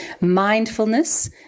mindfulness